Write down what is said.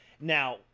Now